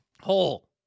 whole